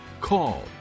call